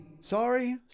Sorry